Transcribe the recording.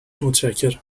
متشکرم